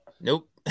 Nope